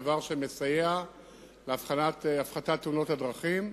דבר שמסייע בהפחתת תאונות הדרכים.